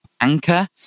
Anchor